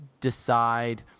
decide